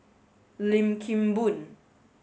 Lim Kim Boon